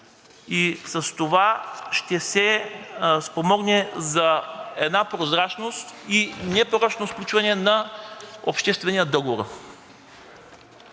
и с това ще се спомогне за една прозрачност и непорочно сключване на обществения договор.